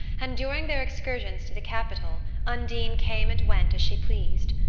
and during their excursions to the capital undine came and went as she pleased.